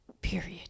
Period